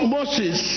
Moses